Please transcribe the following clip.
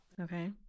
Okay